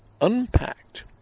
Unpacked